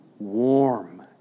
Warm